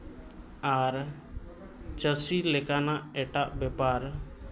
ᱟᱨ ᱪᱟᱹᱥᱤ ᱞᱮᱠᱟᱱᱟᱜ ᱮᱴᱟᱜ ᱵᱮᱯᱟᱨ